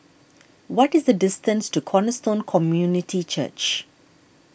what is the distance to Cornerstone Community Church